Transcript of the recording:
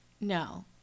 no